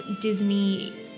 Disney